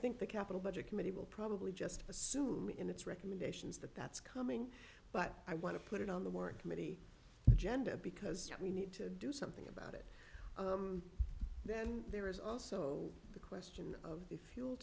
think the capital budget committee will probably just assume in its recommendations that that's coming but i want to put it on the work committee agenda because we need to do something about then there is also the question of the fuel